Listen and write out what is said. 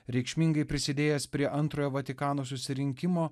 reikšmingai prisidėjęs prie antrojo vatikano susirinkimo